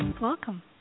Welcome